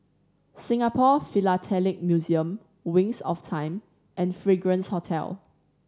Singapore Philatelic Museum Wings of Time and Fragrance Hotel